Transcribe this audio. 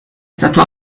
stato